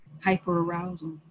hyper-arousal